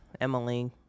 Emily